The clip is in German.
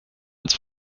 als